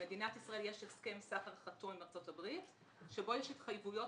למדינת ישראל יש הסכם סחר חתום עם ארצות הברית שבו יש התחייבויות